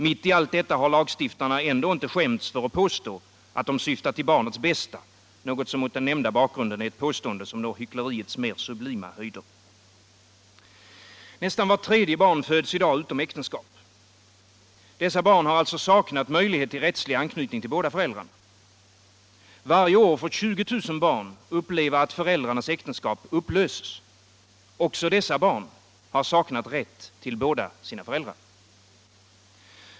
Mitt i allt detta har lagstiftarna ändå inte skämts för att påstå att de syftat till barnets bästa — något som mot den nämnda bakgrunden är ett påstående som når hyckleriets mer sublima höjder. Nästan vart tredje barn föds i dag utom äktenskap. Dessa barn har alltså saknat möjlighet till rättslig anknytning till båda föräldrarna. Varje år får 20000 barn uppleva att föräldrarnas äktenskap upplöses. Också dessa barn har saknat rätt till båda sina föräldrar.